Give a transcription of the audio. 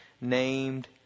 named